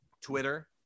twitter